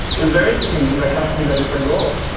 it was very interesting, because i cast him in a different role.